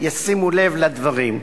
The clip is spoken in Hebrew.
ישימו לב לדברים.